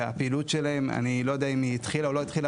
והפעילות שלהן אני לא יודע אם היא התחילה או לא התחילה